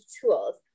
tools